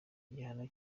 igihano